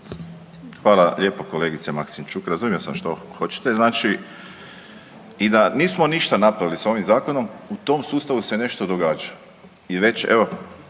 Hvala lijepo kolegice Maksimčuk. Razumio sam što hoćete. Znači i da nismo ništa napravili sa ovim zakonom u tom sustavu se nešto događa i već evo